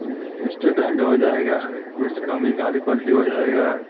accident हो जाएगा कुछ कभी गाड़ी पलटी हो जाएगी